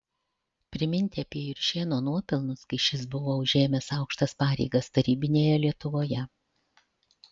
priminti apie juršėno nuopelnus kai šis buvo užėmęs aukštas pareigas tarybinėje lietuvoje